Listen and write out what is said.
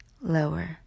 lower